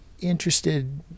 interested